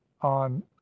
on